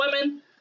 women